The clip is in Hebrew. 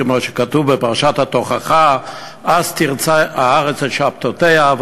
כמו שכתוב בפרשת התוכחה: "אז תרצה הארץ את שבתֹתיה",